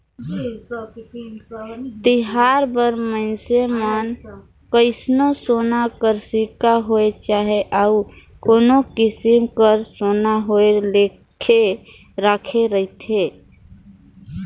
तिहार बार मइनसे मन कइसनो सोना कर सिक्का होए चहे अउ कोनो किसिम कर सोना होए लेके राखे रहथें